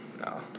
No